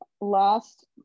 last